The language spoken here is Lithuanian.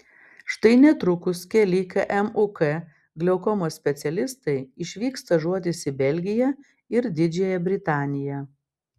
štai netrukus keli kmuk glaukomos specialistai išvyks stažuotis į belgiją ir didžiąją britaniją